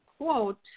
quote